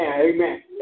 amen